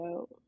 out